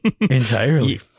entirely